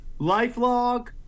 LifeLog